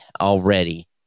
already